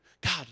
God